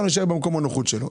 תן לו להישאר במקום הנוחות שלו.